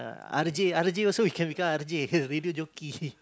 r_j r_j also I can become r_j radio jockey